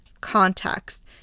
context